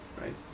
right